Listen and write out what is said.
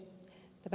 tämä ed